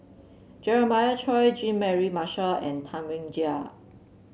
Jeremiah Choy Jean Mary Marshall and Tam Wai Jia